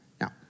Now